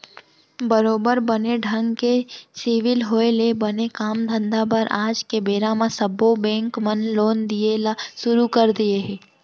बरोबर बने ढंग के सिविल होय ले बने काम धंधा बर आज के बेरा म सब्बो बेंक मन लोन दिये ल सुरू कर दिये हें